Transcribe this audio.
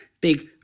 big